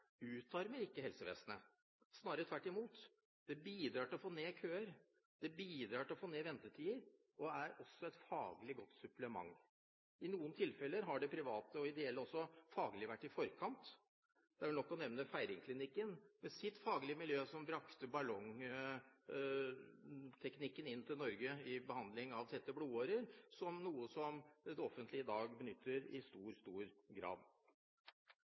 utarmer ikke helsevesenet, snarere tvert imot. Det bidrar til å få ned køer, det bidrar til å få ned ventetider og er også et faglig godt supplement. I noen tilfeller har de private og ideelle også faglig vært i forkant. Det er vel nok å nevne Feiringklinikken med sitt faglige miljø, som brakte ballongteknikken inn til Norge for behandling av tette blodårer, noe det offentlige i dag benytter i stor, stor grad.